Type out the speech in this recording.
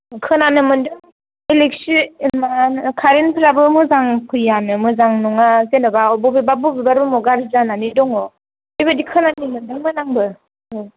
खोनानो मोनदों इलेकट्रिक मा होनो कारेन्ट फोराबो मोजां फैया नो मोजां नङा जेनबा बबेबा बबेबा रुमाव गाज्रि जानानै दङ बेबादि खोनानो मोनदोंमोन आंबो औ